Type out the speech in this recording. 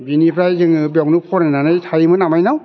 बिनिफ्राय जोङो बेवनो फरायनानै थायोमोन आमाइनाव